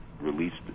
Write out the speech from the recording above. released